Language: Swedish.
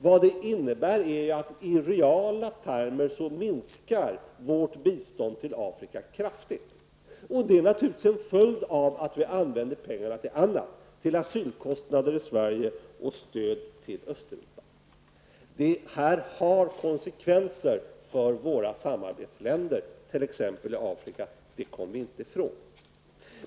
Vad det innebär är att vårt bistånd till Afrika minskar kraftigt i reala termer. Det är naturligtvis en följd av att vi använder pengarna till annat -- till asylkostnader i Sverige och till stöd till Östeuropa. Det här har konsekvenser för våra samarbetsländer, t.ex. i Afrika -- det kommer vi inte ifrån.